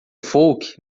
folk